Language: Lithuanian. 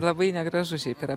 labai negražu šiaip yra